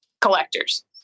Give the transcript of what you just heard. collectors